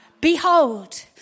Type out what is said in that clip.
Behold